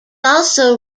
also